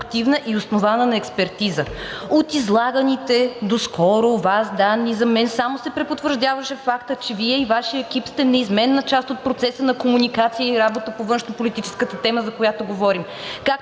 продуктивна и основана на експертиза. От излаганите доскоро от Вас данни за мен само се препотвърждаваше фактът, че Вие и Вашият екип сте неизменна част от процеса на комуникация и работа по външнополитическата тема, за която говорим,